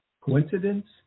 coincidence